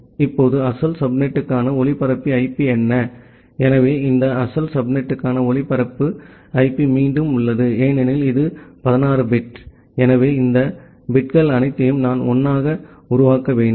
இப்போது அசல் சப்நெட்டுக்கான ஒளிபரப்பு ஐபி என்ன எனவே இந்த அசல் சப்நெட்டுக்கான ஒளிபரப்பு ஐபி மீண்டும் உள்ளது ஏனெனில் இது 16 பிட் எனவே இந்த பிட்கள் அனைத்தையும் நான் 1 ஆக உருவாக்க வேண்டும்